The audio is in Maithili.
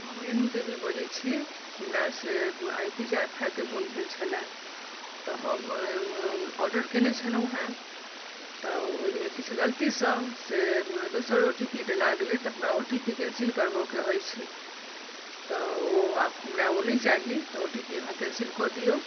हम रेणु देवी बजै छी हमरा से आई पिज्जा खाएकेँ मन भेल छलए तऽ हम ऑर्डर केने छलहुँ हँ तऽ ओहिमे किछु गलतीसँ से दोसर ओ टी पी डला गेलै तऽ हमरा ओ टी पी केँ कैन्सिल करबऽ के अछि तऽ ओ आब हमरा ओ नहि चाही तऽ ओ टी पी अहाँ कैन्सिल कऽ दियौ